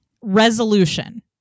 Resolution